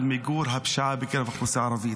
למיגור הפשיעה בקרב האוכלוסייה הערבית.